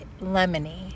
lemony